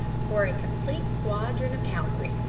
were a complete squadron of cavalry.